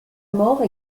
mort